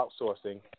outsourcing